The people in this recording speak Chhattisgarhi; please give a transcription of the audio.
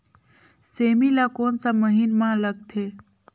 सेमी ला कोन सा महीन मां लगथे?